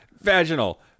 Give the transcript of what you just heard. vaginal